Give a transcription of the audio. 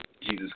Jesus